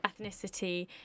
ethnicity